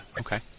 Okay